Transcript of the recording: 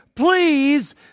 Please